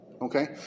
okay